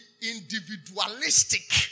individualistic